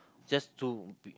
just to be